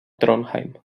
trondheim